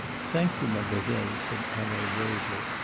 thank you, mademoiselle, said hanaud gravely.